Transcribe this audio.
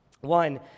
One